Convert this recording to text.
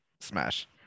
Smash